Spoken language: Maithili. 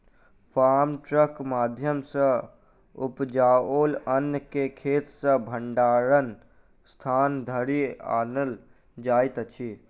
फार्म ट्रकक माध्यम सॅ उपजाओल अन्न के खेत सॅ भंडारणक स्थान धरि आनल जाइत अछि